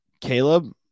Caleb